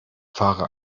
fahre